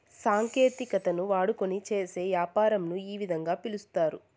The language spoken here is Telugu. సాంకేతికతను వాడుకొని చేసే యాపారంను ఈ విధంగా పిలుస్తారు